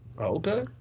okay